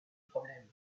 problèmes